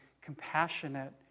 compassionate